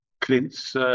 Clint's